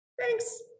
thanks